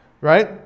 right